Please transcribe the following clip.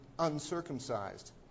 uncircumcised